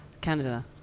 Canada